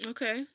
Okay